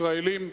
ישראלים,